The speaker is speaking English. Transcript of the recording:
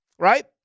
Right